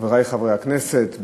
חברי חברי הכנסת,